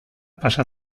pasa